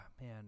man